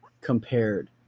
compared